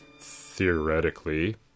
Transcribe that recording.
Theoretically